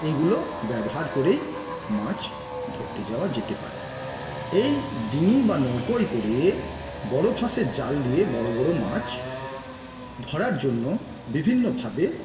এইগুলো ব্যবহার করেই মাছ ধরতে যাওয়া যেতে পারে এই ডিঙি বা নৌকোয় করে বড় ফাঁসের জাল দিয়ে বড় বড় মাছ ধরার জন্য বিভিন্নভাবে